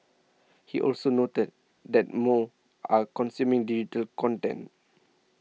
he also noted that more are consuming digital content